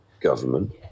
government